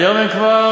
והיום הם כבר,